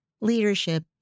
Leadership